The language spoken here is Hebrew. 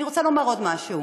אני רוצה לומר עוד משהו: